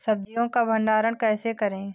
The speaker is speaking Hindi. सब्जियों का भंडारण कैसे करें?